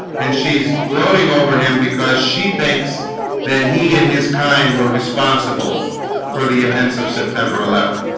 and she's gloating over him because she thinks that he and his kind were responsible for the events of september eleventh